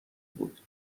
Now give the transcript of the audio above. بود